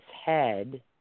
head